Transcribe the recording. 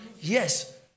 Yes